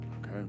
okay